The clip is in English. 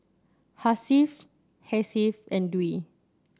Hasif Hasif and Dwi